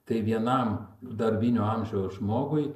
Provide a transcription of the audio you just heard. tai vienam darbinio amžiaus žmogui